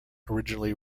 originally